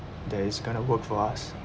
that is gonna work for us